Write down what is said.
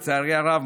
לצערי הרב,